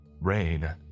Rain